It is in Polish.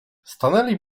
stanęli